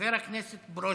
חבר הכנסת ברושי.